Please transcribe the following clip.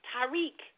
Tariq